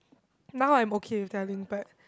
now I'm okay to tell him but